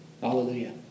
Hallelujah